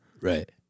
Right